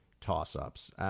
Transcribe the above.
toss-ups